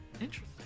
interesting